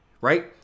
right